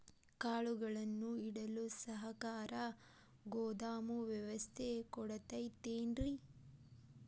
ಕಾಳುಗಳನ್ನುಇಡಲು ಸರಕಾರ ಗೋದಾಮು ವ್ಯವಸ್ಥೆ ಕೊಡತೈತೇನ್ರಿ?